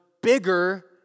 bigger